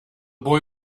boy